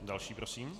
Další prosím.